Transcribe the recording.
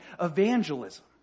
evangelism